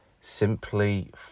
Simply